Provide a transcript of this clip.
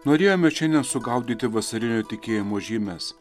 norėjome šiandien sugaudyti vasarinio tikėjimo žymes